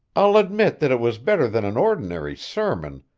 i'll admit that it was better than an ordinary sermon,